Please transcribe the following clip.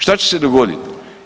Šta će se dogodit?